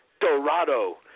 Dorado